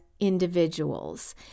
Individuals